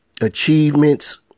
achievements